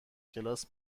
کلاس